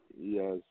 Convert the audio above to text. Yes